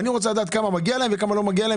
אני רוצה לדעת לכמה מגיע ולכמה לא מגיע.